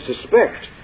suspect